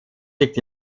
liegt